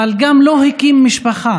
אבל גם לא הקים משפחה.